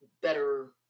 better